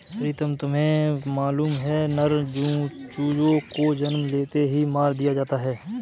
प्रीतम तुम्हें मालूम है नर चूजों को जन्म लेते ही मार दिया जाता है